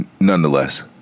Nonetheless